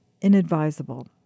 inadvisable